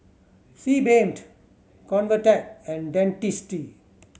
Sebamed Convatec and Dentiste